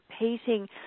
repeating